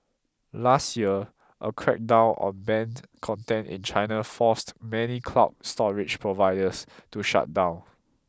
last year a crackdown on banned content in China forced many cloud storage providers to shut down